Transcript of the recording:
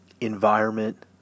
environment